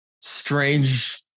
strange